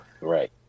Right